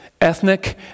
Ethnic